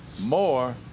more